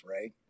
right